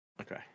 Okay